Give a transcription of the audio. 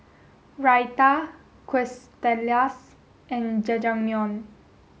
Raita Quesadillas and Jajangmyeon